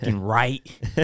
right